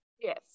Yes